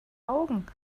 augen